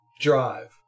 drive